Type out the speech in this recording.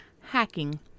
Hacking